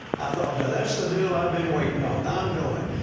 thought, now, that's the deal i've been waiting on. i'm going.